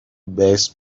bass